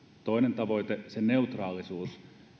toinen tavoite on se neutraalisuus